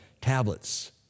tablets